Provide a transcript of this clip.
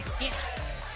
Yes